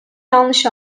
yanlış